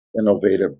innovative